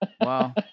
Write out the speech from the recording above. Wow